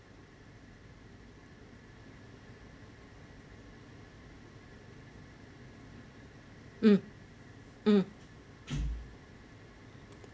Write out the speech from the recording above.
mm mm